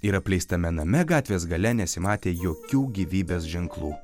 ir apleistame name gatvės gale nesimatė jokių gyvybės ženklų